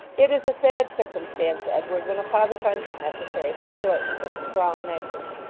it is a sad circumstance, edward, when a father finds it necessary to resort to such strong measures.